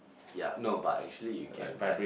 ya no but actually you can like